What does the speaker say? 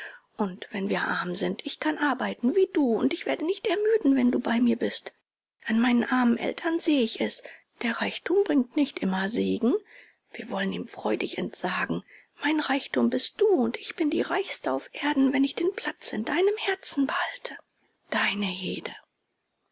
und wenn wir arm sind ich kann arbeiten wie du und ich werde nicht ermüden wenn du bei mir bist an meinen armen eltern sehe ich es der reichtum bringt nicht immer segen wir wollen ihm freudig entsagen mein reichtum bist du und ich bin die reichste auf erden wenn ich den platz in deinem herzen behalte deine hede